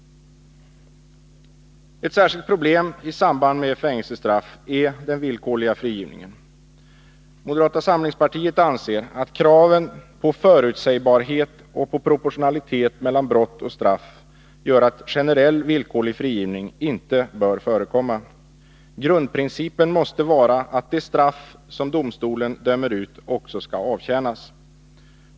Ett särskilt problem i samband med fängelsestraff är den villkorliga frigivningen. Moderata samlingspartiet anser att kraven på förutsägbarhet och på proportionalitet mellan brott och straff gör att generell villkorlig frigivning inte bör förekomma. Grundprincipen måste vara att det straff som domstolen dömer ut också skall avtjänas.